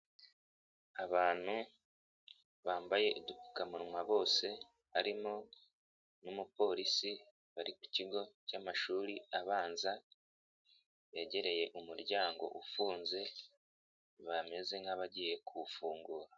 Abantu bambaye udupfukamunwa bose harimo n'umuporisi, bari ku kigo cy'amashuri abanza, begereye umuryango ufunze bameze nk'abagiye kuwufungura.